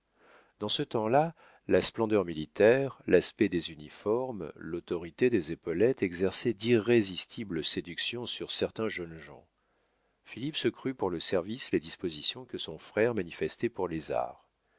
dans ce temps-là la splendeur militaire l'aspect des uniformes l'autorité des épaulettes exerçaient d'irrésistibles séductions sur certains jeunes gens philippe se crut pour le service les dispositions que son frère manifestait pour les arts